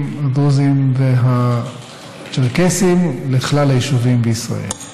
הדרוזיים והצ'רקסיים לכלל היישובים בישראל.